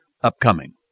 upcoming